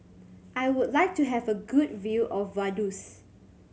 I would like to have a good view of Vaduz